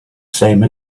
same